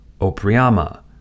Opriama